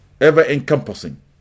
ever-encompassing